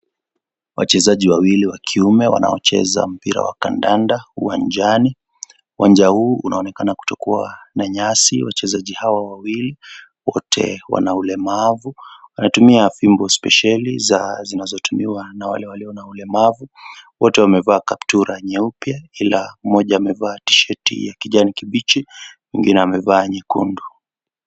Wachezaji wawili wa kiume wanaocheza mpira wa kandanda uwanjani. Uwanja huu unaonekana kutokuwa na nyasi. Wachezaji hawa wawili wote wana ulemavu. Wanatumia viuongo spesili za zinazotumiwa na wale walio na ulemavu. Wote wamevaa kaptura nyeupe ila mmoja amevaa tisheti ya kijani kibichi. Mwingine amevaa nyekudu.